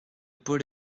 paul